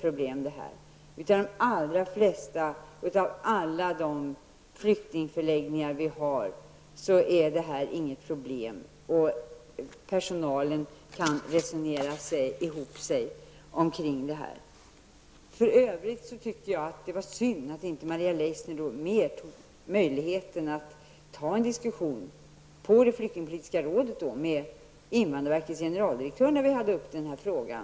På alla andra flyktingförläggningar som finns i landet är detta inget problem. Personalen kan resonera ihop sig. För övrigt tycker jag att det var synd att Maria Leissner inte utnyttjade möjligheten att föra en diskussion på flyktingpolitiska rådet med invandrarverkets generaldirektör, när vi hade denna fråga